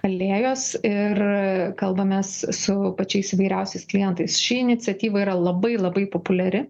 alėjos ir kalbamės su pačiais įvairiausiais klientais ši iniciatyva yra labai labai populiari